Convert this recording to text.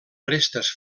restes